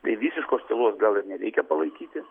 tai visiškos tylos gal nereikia palaikyti